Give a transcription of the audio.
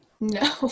no